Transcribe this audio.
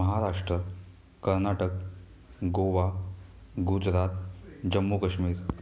Maharashtra Karnataka Goa Gujarat Jammu Kashmir